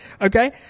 Okay